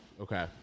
Okay